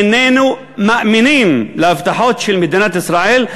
איננו מאמינים להבטחות של מדינת ישראל,